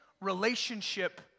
relationship